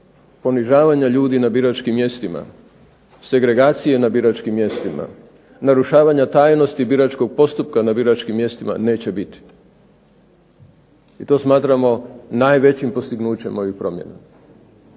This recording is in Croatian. ponižavanja ljudi na biračkim mjestima, segregacije na biračkim mjestima, narušavanja tajnosti biračkog postupka na biračkim mjestima neće biti i to smatramo najvećim postignućem u ovim promjenama